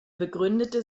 begründete